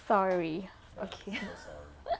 sorry okay